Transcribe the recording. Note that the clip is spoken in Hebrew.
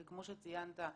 וכמו שציינת,